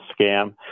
scam